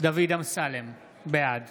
דוד אמסלם, בעד